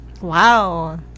Wow